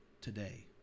today